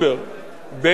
במגבלות,